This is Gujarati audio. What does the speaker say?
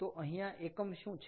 તો અહીંયા એકમ શું છે